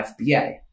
FBA